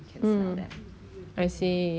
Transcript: because of 那个 COVID 对吗